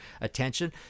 attention